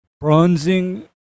Bronzing